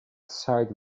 side